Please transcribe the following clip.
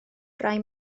rai